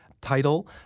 title